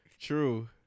True